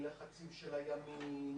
מלחצים של הימין,